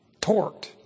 torqued